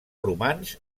romans